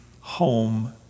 home